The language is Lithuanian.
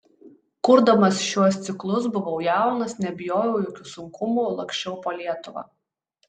kurdamas šiuos ciklus buvau jaunas nebijojau jokių sunkumų laksčiau po lietuvą